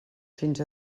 fins